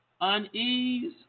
unease